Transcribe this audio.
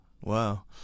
Wow